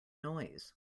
noise